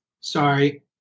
Sorry